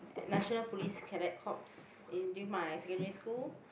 national police cadet corps in during my secondary school